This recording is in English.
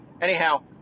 anyhow